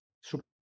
super